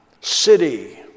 city